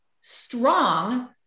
strong